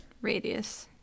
Radius